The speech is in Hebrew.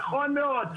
נכון מאוד.